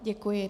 Děkuji.